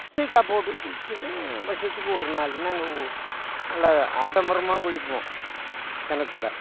சீயக்கா போட்டு குளிச்சுன்னு வருஷத்துக்கு ஒரு நாள் நாங்கள் நல்லா ஆடம்பரமாக குளிப்போம் கிணத்துல